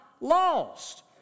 lost